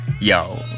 yo